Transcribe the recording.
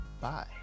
Bye